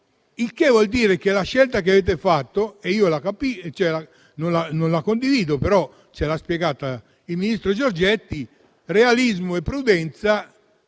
Questo vuol dire che la scelta che avete fatto - io non la condivido, però ce l'ha spiegata il ministro Giorgetti - di realismo e prudenza